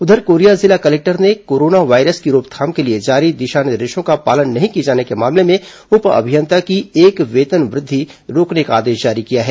उधर कोरिया जिला कलेक्टर ने कोरोना वायरस की रोकथाम के लिए जारी दिशा निर्देशों का पालन नहीं किए जाने के मामले में उप अभियंता की एक वेतन वृद्धि रोकने का आदेश जारी किया है